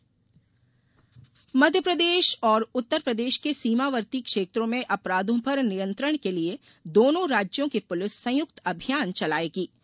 संयुक्त अभियान मध्यप्रदेश और उत्तरप्रदेश के सीमावर्ती क्षेत्रों में अपराधों पर नियंत्रण के लिए दोनों राज्यों की पुलिस संयुक्त अभियान चलाएंगी